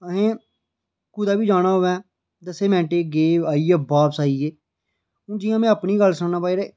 तुसें कुतै बी जाना होऐ गै दस्सें मिन्टें च बापस आई गे हून जि'यां मे अपनी गल्ल सनाना